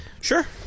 Sure